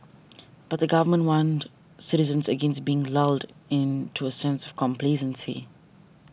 but the Government warned citizens against being lulled into a sense of complacency